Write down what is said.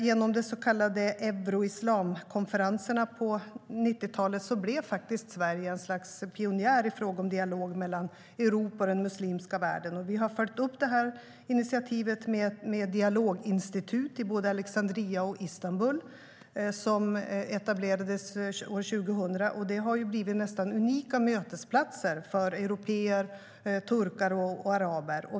Genom de så kallade Euro-Islam-konferenserna på 90-talet blev Sverige ett slags pionjär i fråga om dialog mellan Europa och den muslimska världen. Vi har följt upp det initiativet med dialoginstitut i både Alexandria och Istanbul som etablerades år 2000. Det har blivit nästan unika mötesplatser för européer, turkar och araber.